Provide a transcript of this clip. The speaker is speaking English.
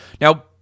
Now